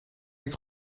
niet